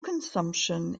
consumption